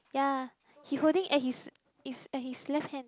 ya he holding at his his at his left hand